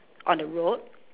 on the road